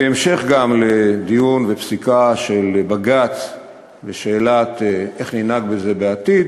בהמשך גם לדיון ולפסיקה של בג"ץ בשאלה איך ננהג בזה בעתיד,